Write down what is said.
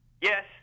Yes